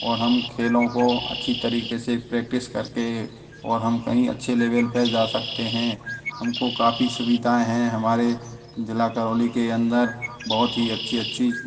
और हम खेलों को अच्छी तरीके से प्रैक्टिस करके और हम कहीं अच्छे लेवल पर जा सकते हैं हमको काफ़ी सुविधाएं हैं हमारे ज़िला करौली के अंदर बहुत ही अच्छी अच्छी